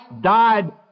died